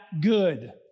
good